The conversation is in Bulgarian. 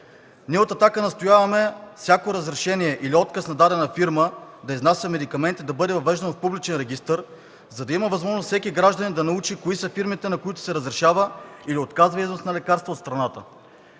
Ние от „Атака” настояваме всяко разрешение или отказ на дадена фирма да изнася медикаменти да бъде въвеждано в публичен регистър, за да има възможност всеки гражданин да научи кои са фирмите, на които се разрешава или отказва износ на лекарства от страната.